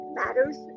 matters